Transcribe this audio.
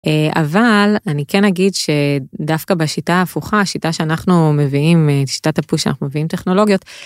אבל אני כן אגיד שדווקא בשיטה ההפוכה שיטה שאנחנו מביאים את שיטת הפו"ש שאנחנו מביאים טכנולוגיות.